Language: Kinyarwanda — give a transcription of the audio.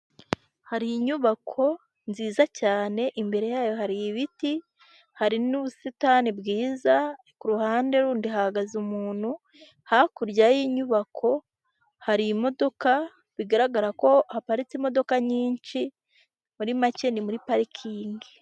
Hari inyubako nziza cyane, imbere yayo hari ibiti hari n'ubusitani bwiza, ku ruhande rundi hahagaze umuntu, hakurya y'inyubako hari imodoko bigaragara ko haparitse imodoka nyinshi muri make ni muri parikingi.